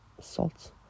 salt